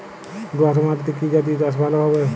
দোয়াশ মাটিতে কি জাতীয় চাষ ভালো হবে?